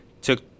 Took